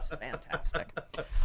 fantastic